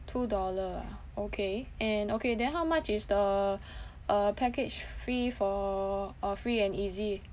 two dollar ah okay and okay then how much is the uh package free for uh free and easy